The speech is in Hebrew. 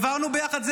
העברנו ביחד,